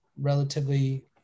relatively